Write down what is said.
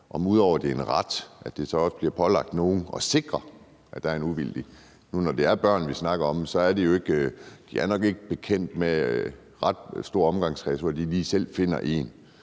det ud over at være en ret så også bliver pålagt nogen at sikre, at der er en uvildig bisidder? Nu er det børn, vi snakker om, og de har nok ikke en ret stor omgangskreds, hvor de lige selv finder en.